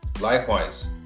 Likewise